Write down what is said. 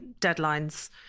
deadlines